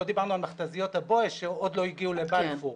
לא דיברנו על מכת"זיות הבואש שעוד לא הגיעו לבלפור.